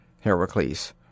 Heracles